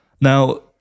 Now